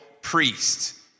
priest